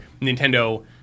nintendo